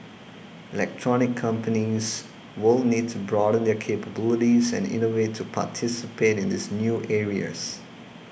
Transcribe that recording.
electronics companies will need to broaden their capabilities and innovate to participate in these new areas